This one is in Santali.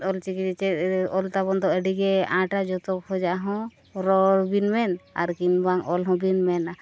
ᱚᱞ ᱪᱤᱠᱤ ᱪᱮᱫ ᱨᱮ ᱚᱞ ᱛᱟᱵᱚᱱ ᱫᱚ ᱟᱹᱰᱤᱜᱮ ᱟᱸᱴᱟ ᱡᱚᱛᱚ ᱠᱷᱚᱡᱟᱜ ᱦᱚᱸ ᱨᱚᱲ ᱵᱤᱱ ᱢᱮᱱ ᱟᱨ ᱠᱤᱝᱵᱟ ᱚᱞ ᱦᱚᱸᱵᱤᱱ ᱢᱮᱱᱟ